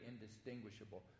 indistinguishable